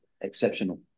exceptional